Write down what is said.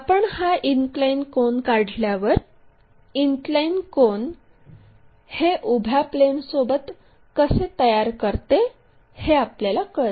आपण हा इनक्लाइन कोन काढल्यावर इनक्लाइन कोन हे उभ्या प्लेनसोबत कसे तयार करते हे आपल्याला कळते